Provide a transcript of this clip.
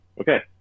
okay